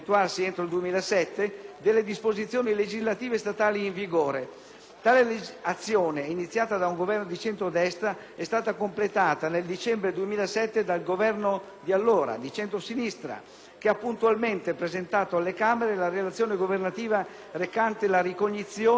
Tale azione, iniziata da un Governo di centrodestra, è stata completata nel dicembre 2007 dall'allora Governo di centrosinistra che ha puntualmente presentato alle Camere la relazione governativa recante la ricognizione della legislazione statale vigente: in tutto, a quella data, circa 21.000 leggi, stimando